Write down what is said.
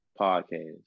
podcast